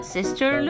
Sister